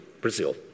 Brazil